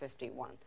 51